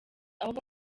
ahubwo